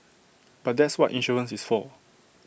but that's what insurance is for